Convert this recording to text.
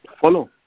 follow